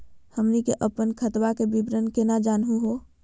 हमनी के अपन खतवा के विवरण केना जानहु हो?